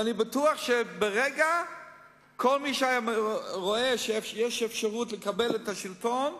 ואני בטוח שכל מי שהיה רואה שיש אפשרות לקבל את השלטון,